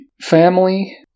family